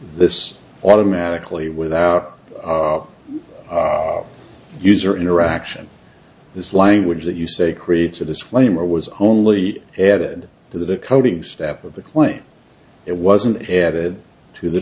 this automatically without user interaction this language that you say creates a disclaimer was only added to the coding step of the claim it wasn't added to the